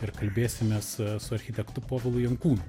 ir kalbėsimės su architektu povilu junkūnu